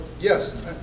yes